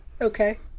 Okay